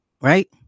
right